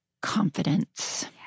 Confidence